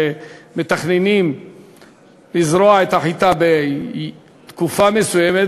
שמתכננים לזרוע את החיטה בתקופה מסוימת,